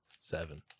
Seven